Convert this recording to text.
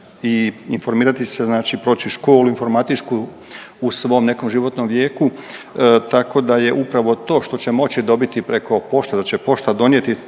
i informirati se, znači proći školu informatičku u svom nekom životnom vijeku. Tako da je upravo to što će moći dobiti preko pošte, da će pošta donijeti